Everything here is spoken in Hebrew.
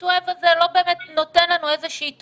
to have הזה לא באמת נותן לנו איזה שהיא תועלת,